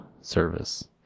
Service